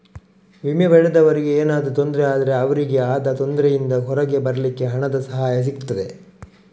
ವಿಮೆ ಪಡೆದವರಿಗೆ ಏನಾದ್ರೂ ತೊಂದ್ರೆ ಆದ್ರೆ ಅವ್ರಿಗೆ ಆದ ತೊಂದ್ರೆಯಿಂದ ಹೊರಗೆ ಬರ್ಲಿಕ್ಕೆ ಹಣದ ಸಹಾಯ ಸಿಗ್ತದೆ